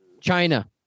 China